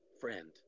friend